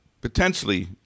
potentially